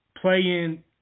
playing